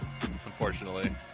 unfortunately